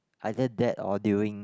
either that or during